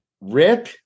rip